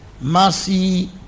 Mercy